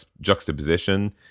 juxtaposition